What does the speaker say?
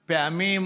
פעמים,